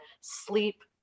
sleep